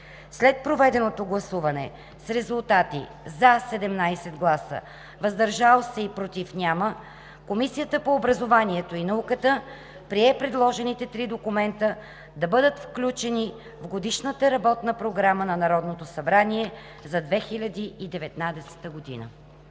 След проведено гласуване с резултати: „за“ – 17 гласа, без „против“ и „въздържал се“, Комисията по образованието и науката прие предложените три документа да бъдат включени в Годишната работна програма на Народното събрание за 2019 г.“